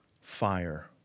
Fire